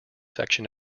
section